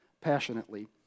passionately